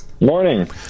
Morning